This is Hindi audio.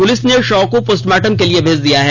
पुलिस ने शव को पोस्टमार्टम के लिए मेज दिया है